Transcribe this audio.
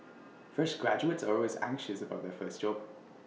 fresh graduates are always anxious about their first job